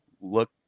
look